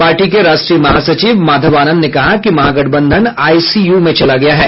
party के राष्ट्रीय महासचिव माधव आनंद ने कहा कि महागठबंधन आईसीयू में चला गया है